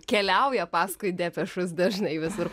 keliauja paskui depešus dažnai visur